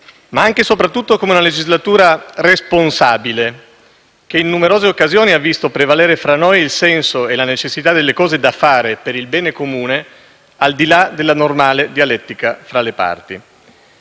ma anche e soprattutto come una legislatura responsabile, che in numerose occasioni ha visto prevalere tra noi il senso e la necessità delle cose da fare, per il bene comune, al di là della normale dialettica tra le parti.